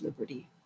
liberty